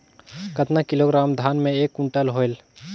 कतना किलोग्राम धान मे एक कुंटल होयल?